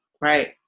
right